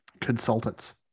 consultants